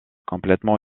complètement